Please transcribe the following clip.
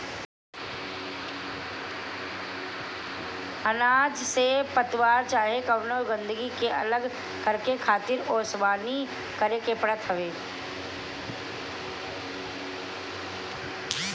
अनाज से पतवार चाहे कवनो गंदगी के अलग करके खातिर ओसवनी करे के पड़त हवे